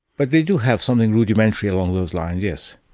but they do have something rudimentary along those lines, yes.